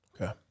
Okay